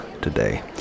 today